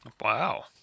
Wow